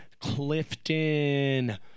clifton